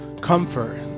Comfort